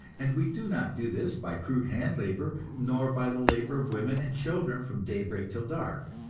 and we do not do this by crude hand-labor, nor by the labor of women and children from daybreak till dark.